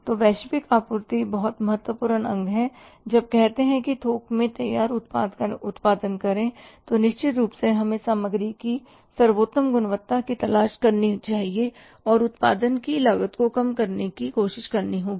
तो वैश्विक आपूर्ति बहुत महत्वपूर्ण अंग है जब कहते है कि थोक में तैयार उत्पाद का उत्पादन करें तो निश्चित रूप से हमें सामग्री की सर्वोत्तम गुणवत्ता की तलाश करनी चाहिए और उत्पादन की लागत को कम करने की कोशिश करनी चाहिए